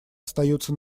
остается